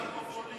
אתה פופוליסט.